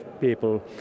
people